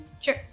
Sure